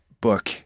book